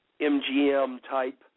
MGM-type